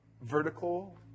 vertical